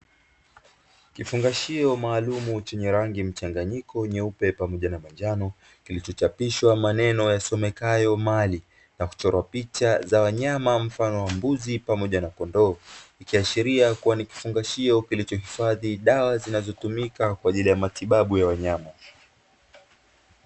Kifungashio maalumu chenye rangi mchanganyiko nyeupe pamoja na manjano, kilichochapishwa maneno yasomekayo "MALI" na kuchorwa picha za wanyama mfano wa mbuzi pamoja na kondoo, ikiashiria kuwa ni kifungashio kilichohifadhi dawa zinazotumika kwa ajili ya matibabu ya wanyama.